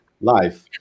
life